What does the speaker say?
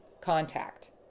contact